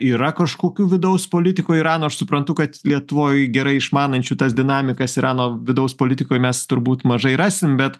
yra kažkokių vidaus politikoj irano aš suprantu kad lietuvoj gerai išmanančių tas dinamikas irano vidaus politikoj mes turbūt mažai rasim bet